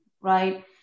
right